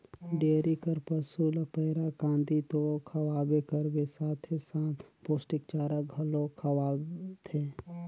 dairy कर पसू ल पैरा, कांदी तो खवाबे करबे साथे साथ पोस्टिक चारा घलो खवाथे